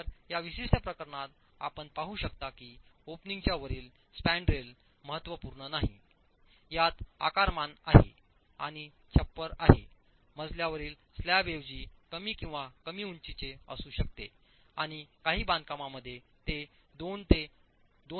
तर या विशिष्ट प्रकरणात आपण पाहू शकता की ओपनिंगच्या वरील स्पॅन्ड्रल महत्त्वपूर्ण नाही यात आकारमान आहे आणि छप्पर आहे मजल्यावरील स्लॅब ऐवजी कमी किंवा कमी उंचीचे असू शकते आणि काही बांधकामा मध्ये ते 2 2